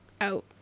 out